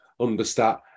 understat